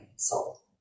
soul